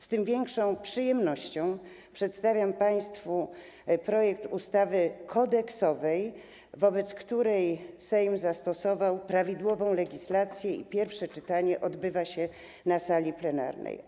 Z tym większą przyjemnością przedstawiam państwu projekt ustawy kodeksowej, wobec którego Sejm zastosował prawidłową legislację i którego pierwsze czytanie odbywa się na sali plenarnej.